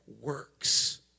works